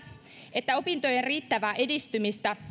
että opintojen riittävää edistymistä